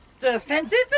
Defensive